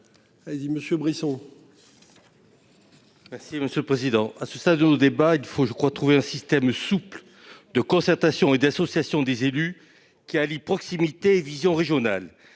Allez-y monsieur Brisson. Ce sera. Merci Monsieur le Président. À ce stade où le débat il faut je crois. Trouver un système souple de concertation et d'associations, des élus qui allie proximité vision régionale